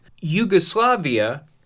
Yugoslavia